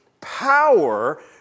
power